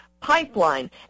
Pipeline